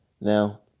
Now